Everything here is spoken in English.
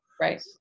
Right